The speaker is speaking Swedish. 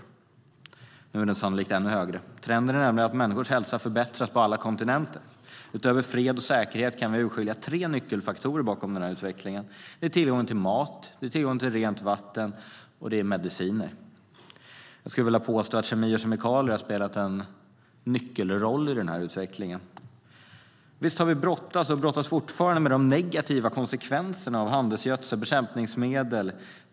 Nu är den sannolikt ännu högre. Trenden är nämligen att människors hälsa förbättras på alla kontinenter. Utöver fred och säkerhet kan vi urskilja tre nyckelfaktorer bakom denna utveckling, nämligen tillgång till mat, rent vatten och mediciner. Jag vill påstå att kemi och kemikalier har spelat en nyckelroll i denna utveckling. Visst har vi brottats - och brottas fortfarande - med de negativa konsekvenserna av handelsgödsel och bekämpningsmedel.